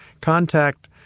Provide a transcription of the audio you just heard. Contact